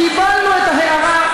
קיבלנו את ההארה,